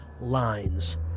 lines